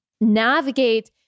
navigate